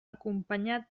acompanyat